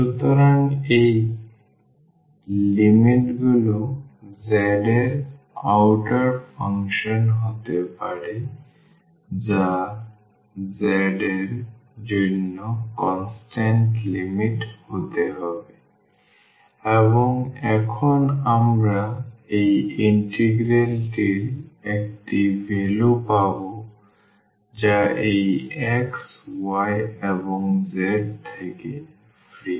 সুতরাং এই লিমিটগুলি z এবং বাইরের ফাংশন হতে পারে যা z এর জন্য কনস্ট্যান্ট লিমিট হতে হবে এবং এখন আমরা এই ইন্টিগ্রালটির একটি ভ্যালু পাব যা এই x y এবং z থেকে ফ্রি